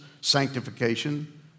sanctification